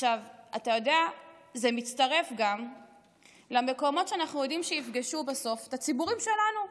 זה גם מצטרף למקומות שאנחנו יודעים שיפגשו בסוף את הציבורים שלנו,